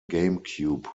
gamecube